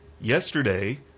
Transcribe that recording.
Yesterday